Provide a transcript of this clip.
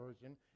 version